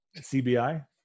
CBI